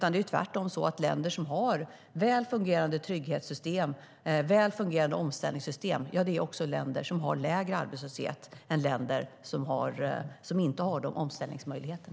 Det är tvärtom så att länder som har väl fungerande trygghetssystem och omställningssystem också har lägre arbetslöshet än länder som inte har de omställningsmöjligheterna.